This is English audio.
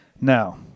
Now